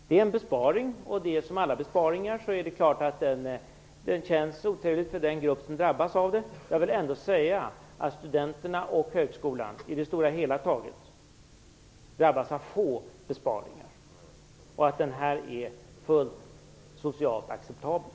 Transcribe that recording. Det är en besparing, och som alla besparingar känns det otrevligt för den grupp som drabbas. Jag vill ändå säga att studenterna och högskolan i det stora hela taget drabbas av få besparingar. Den här är fullt socialt acceptabel.